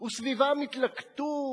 וסביבם התלקטו,